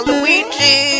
Luigi